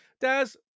Daz